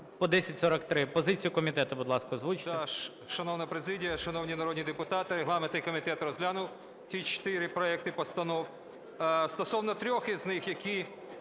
по 1043 позицію комітету, будь ласка, озвучте.